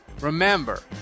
Remember